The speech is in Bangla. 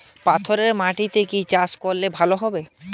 পাথরে মাটিতে কি চাষ করলে ভালো হবে?